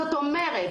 זאת אומרת,